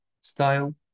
style